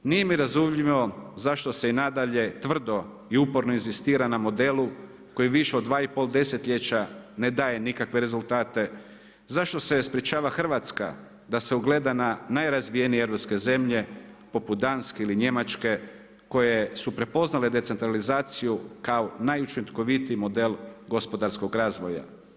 Nije mi razumljivo zašto se i nadalje tvrdo i uporno inzistira na modelu koji više od 2 i pol desetljeća ne daje nikakve rezultate, zašto se sprječava Hrvatska da se ugleda na najrazvijenije europske zemlje poput Danske ili Njemačke koje su prepoznale decentralizaciju kao najučinkovitiji model gospodarskog razvoja.